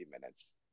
minutes